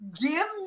give